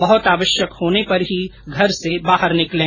बहुत आवश्यक होने पर ही घर से बाहर निकलें